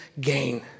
gain